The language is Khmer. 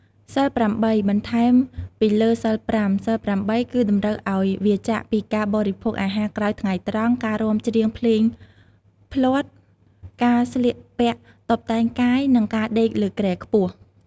សីលប្រាំបី បន្ថែមពីលើសីលប្រាំ សីលប្រាំបីក៏តម្រូវឱ្យវៀរចាកពីការបរិភោគអាហារក្រោយថ្ងៃត្រង់ ការរាំច្រៀងភ្លេងភ្លាត់ ការស្លៀកពាក់តុបតែងកាយ និងការដេកលើគ្រែខ្ពស់។